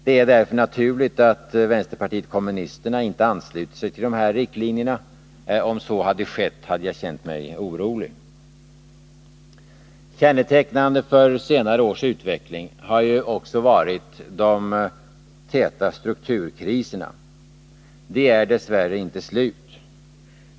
Det är därför naturligt att vänsterpartiet kommunisterna inte ansluter sig till dessa riktlinjer. Om så hade skett hade jag känt mig orolig. Kännetecknande för senare års utveckling har också varit de täta strukturkriserna. De är dess värre inte slut.